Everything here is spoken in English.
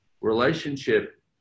relationship